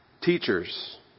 teachers